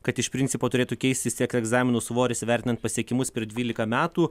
kad iš principo turėtų keistis tiek egzaminų svoris vertinant pasiekimus per dvylika metų